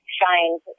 shines